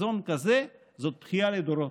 בחיפזון כזה זו בכייה לדורות.